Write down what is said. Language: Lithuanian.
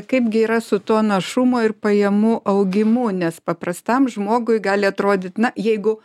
kaip gi yra su tuo našumo ir pajamų augimu nes paprastam žmogui gali atrodyt na jeigu